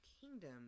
kingdom